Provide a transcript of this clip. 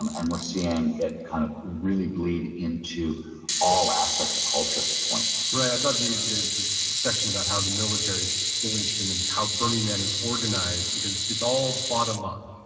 and and we're seeing it kind of really bleed into all aspects of culture at this point right. i thought the the section about how the military is only interested and how burning man has organized because it's all bottom up.